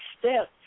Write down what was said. steps